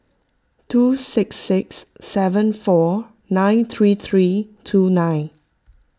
two six six seven four nine three three two nine